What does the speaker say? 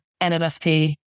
NMFP